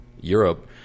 europe